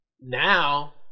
now